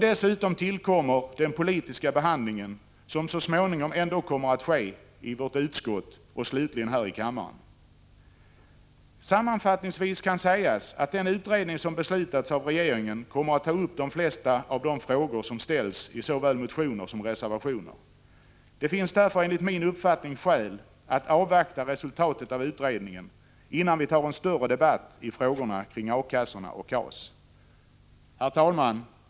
Dessutom tillkommer den politiska behandlingen, som så småningom ändå kommer att ske i vårt utskott och slutligen här i kammaren. Sammanfattningsvis kan sägas att den utredning som beslutats av regeringen kommer att ta upp de flesta av de frågor som ställs i såväl motioner som reservationer. Det finns därför enligt min uppfattning skäl att avvakta resultatet av utredningen innan vi tar en större debatt i frågorna kring A-kassorna och KAS. Herr talman!